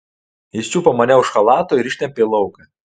jis čiupo mane už chalato ir ištempė į lauką